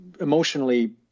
emotionally